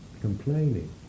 complaining